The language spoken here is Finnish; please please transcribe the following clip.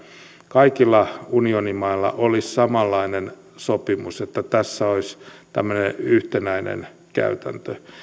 kaikilla unionin mailla olisi samanlainen sopimus että tässä olisi tämmöinen yhtenäinen käytäntö